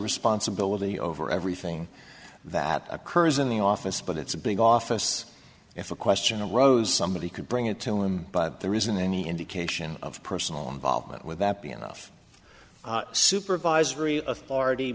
responsibility over everything that occurs in the office but it's a big office if a question arose somebody could bring it tell him but there isn't any indication of personal involvement with that be enough supervisory authority